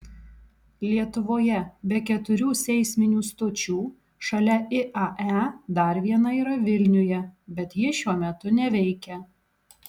lietuvoje be keturių seisminių stočių šalia iae dar viena yra vilniuje bet ji šiuo metu neveikia